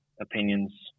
opinions